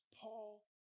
Paul